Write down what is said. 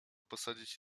posadzić